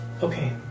Okay